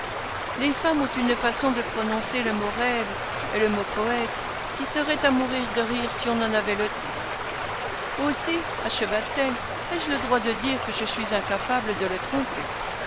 les femmes ont une façon de prononcer le mot rêve et le mot poète qui serait à mourir de rire si on en avait le temps aussi acheva t elle ai-je le droit de dire que je suis incapable de le tromper